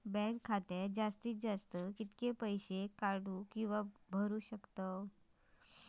Bank खात्यात जास्तीत जास्त कितके पैसे काढू किव्हा भरू शकतो?